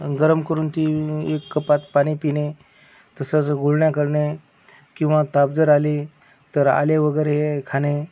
गरम करून ती एक कपात पाणी पिणे तसंच गुळण्या करणे किंवा ताप जर आली तर आले वगैरे हे खाणे